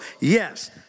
Yes